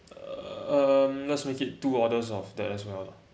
um let's make it two orders of that as well